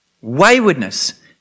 Waywardness